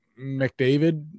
McDavid